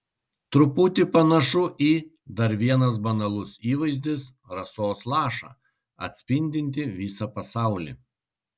truputį panašu į dar vienas banalus įvaizdis rasos lašą atspindintį visą pasaulį